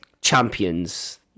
champions